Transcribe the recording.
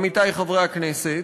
עמיתי חברי הכנסת,